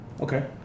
Okay